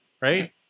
right